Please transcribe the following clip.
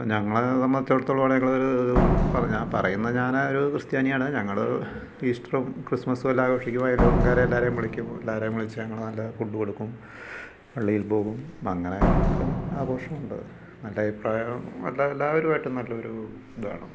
ഞങ്ങളെ സംബന്ധിച്ചടത്തോളം ഞങ്ങളൊരൂ പറഞ്ഞ പറയുന്ന ഞാനൊരു ക്രിസ്ത്യാനിയാണ് ഞങ്ങൾ ഈസ്റ്ററും ക്രിസ്മസുമല്ല ആഘോഷിക്കും അയലോക്കക്കാരെ എല്ലാരേം വിളിക്കും എല്ലാവരേം വിളിച്ച് ഞങ്ങൾ നല്ല ഫുഡ്ഡ് കൊടുക്കും പള്ളിയിൽ പോകും അങ്ങനെ അക്കെ ആഘോഷം ഉണ്ട് നല്ലഭിപ്രായം നല്ല എല്ലവരുവായിട്ടും നല്ല ഒരു ഇതാണ്